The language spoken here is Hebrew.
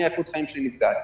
איכות החיים שלי נפגעת.